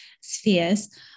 spheres